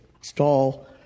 stall